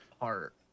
heart